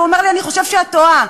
והוא אומר לי: אני חושב שאת טועה.